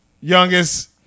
youngest